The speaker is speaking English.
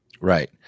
right